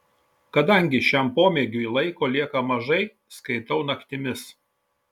kadangi šiam pomėgiui laiko lieka mažai skaitau naktimis